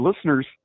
listeners